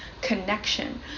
connection